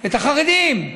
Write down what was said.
את החרדים.